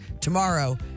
tomorrow